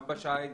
גם בשיט,